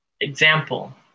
example